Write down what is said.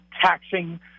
taxing